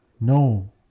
No